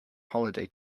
holiday